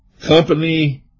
company